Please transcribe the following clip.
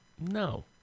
No